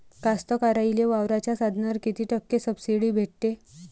कास्तकाराइले वावराच्या साधनावर कीती टक्के सब्सिडी भेटते?